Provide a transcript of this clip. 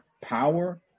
power